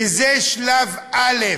וזה שלב א'.